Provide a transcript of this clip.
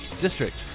district